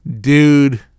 dude